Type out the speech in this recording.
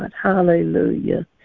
Hallelujah